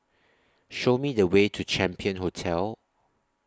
Show Me The Way to Champion Hotel